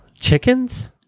chickens